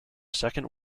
second